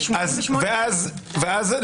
ואז,